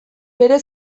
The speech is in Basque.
bere